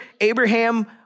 Abraham